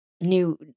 new